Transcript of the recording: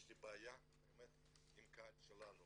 יש לי בעיה באמת עם הקהל שלנו.